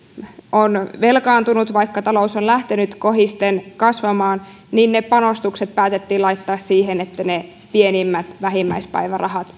on velkaantunut vaikka talous on lähtenyt kohisten kasvamaan niin ne panostukset päätettiin laittaa siihen että pienimmät vähimmäispäivärahat